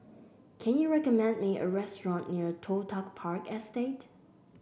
can you recommend me a restaurant near Toh Tuck Park Estate